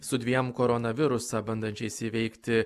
su dviem koronavirusą bandančiais įveikti